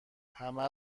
همه